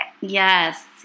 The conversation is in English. Yes